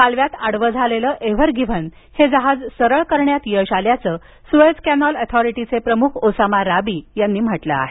कालव्यात आडव झालेलं Ever Given हे जहाज सरळ करण्यात यश आल्याचं सुएझ कॅनॉल ऑथोरिटीचे प्रमुख ओसामा राबी यांनी म्हटलं आहे